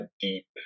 deep